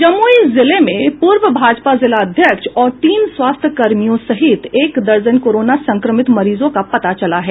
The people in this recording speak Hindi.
जमुई जिले मे पूर्व भाजपा जिलाध्यक्ष और तीन स्वास्थ्य कर्मियों सहित एक दर्जन कोरोना संक्रमित मरीजों का पता चला है